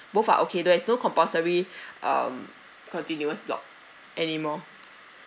both are okay there is no compulsory um continuous though anymore